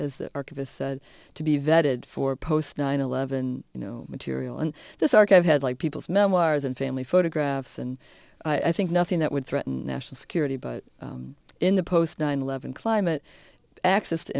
as the archivist said to be vetted for post nine eleven you know material and this archive had like people's memoirs and family photographs and i think nothing that would threaten national security but in the post nine eleven climate access to